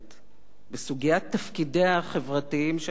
בסוגיית תפקידיה החברתיים של המדינה,